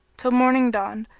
till morning dawned,